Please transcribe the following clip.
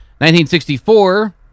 1964